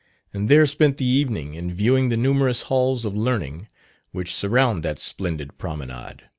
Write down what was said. and there spent the evening in viewing the numerous halls of learning which surround that splendid promenade.